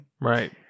Right